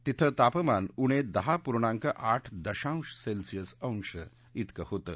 तिथं तापमान उणे दहा पूर्णांक आठ दशांश सेल्सिअस अंश होतं